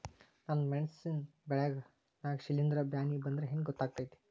ನನ್ ಮೆಣಸ್ ಬೆಳಿ ನಾಗ ಶಿಲೇಂಧ್ರ ಬ್ಯಾನಿ ಬಂದ್ರ ಹೆಂಗ್ ಗೋತಾಗ್ತೆತಿ?